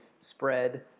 spread